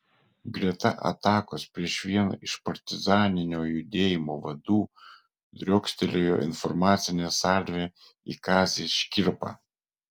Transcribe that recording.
greta atakos prieš vieną iš partizaninio judėjimo vadų driokstelėjo informacinė salvė į kazį škirpą